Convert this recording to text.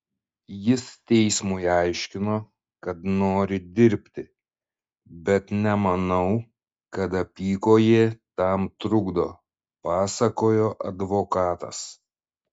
jis teismui aiškino kad nori dirbti bet nemanau kad apykojė tam trukdo pasakojo advokatas